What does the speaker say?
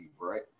right